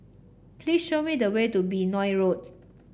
please show me the way to Benoi Road